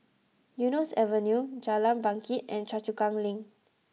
Eunos Avenue Jalan Bangket and Choa Chu Kang Link